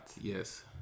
Yes